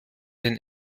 den